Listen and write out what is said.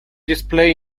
display